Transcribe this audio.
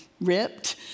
ripped